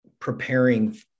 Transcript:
preparing